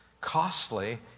costly